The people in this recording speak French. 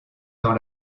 dans